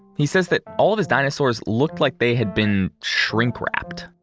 he says that all of his dinosaurs looked like they had been shrink-wrapped.